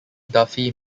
duffy